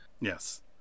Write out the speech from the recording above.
yes